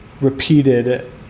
repeated